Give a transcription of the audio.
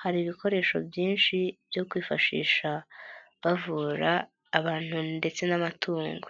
hari ibikoresho byinshi byo kwifashisha bavura abantu ndetse n'amatungo.